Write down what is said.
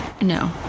No